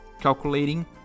calculating